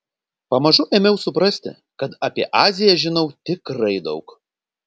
pamažu ėmiau suprasti kad apie aziją žinau tikrai daug